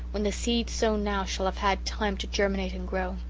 when the seed sown now shall have had time to germinate and grow.